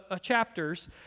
chapters